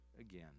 again